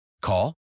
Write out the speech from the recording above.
Call